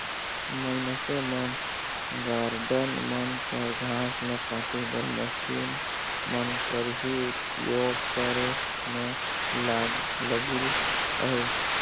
मइनसे मन गारडन मन कर घांस ल काटे बर मसीन मन कर ही उपियोग करे में लगिल अहें